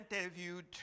interviewed